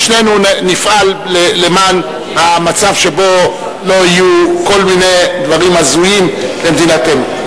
ושנינו נפעל למען המצב שבו לא יהיו כל מיני דברים הזויים במדינתנו.